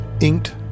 inked